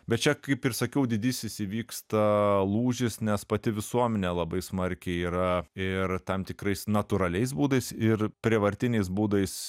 bet čia kaip ir sakiau didysis įvyksta lūžis nes pati visuomenė labai smarkiai yra ir tam tikrais natūraliais būdais ir prievartiniais būdais